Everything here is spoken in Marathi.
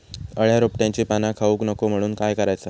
अळ्या रोपट्यांची पाना खाऊक नको म्हणून काय करायचा?